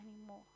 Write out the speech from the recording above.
anymore